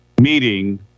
meeting